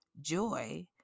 joy